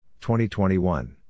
2021